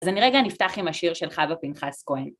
אז אני רגע נפתח עם השיר שלך ופנחס כהן.